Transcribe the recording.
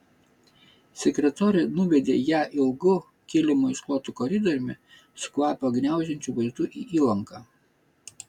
sekretorė nuvedė ją ilgu kilimu išklotu koridoriumi su kvapą gniaužiančiu vaizdu į įlanką